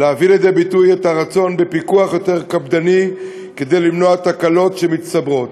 להביא לידי ביטוי את הרצון בפיקוח יותר קפדני כדי למנוע תקלות מצטברות.